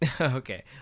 Okay